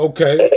Okay